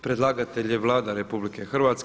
Predlagatelj je Vlada RH.